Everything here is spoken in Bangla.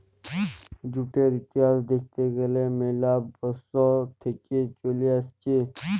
জুটের ইতিহাস দ্যাখতে গ্যালে ম্যালা বসর থেক্যে চলে আসছে